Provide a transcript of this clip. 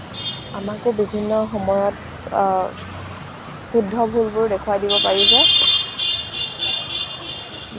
আমাকো বিভিন্ন সময়ত শুদ্ধ ভুলবোৰ দেখুৱাই দিব পাৰিছে